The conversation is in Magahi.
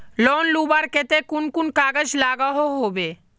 लोन लुबार केते कुन कुन कागज लागोहो होबे?